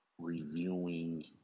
reviewing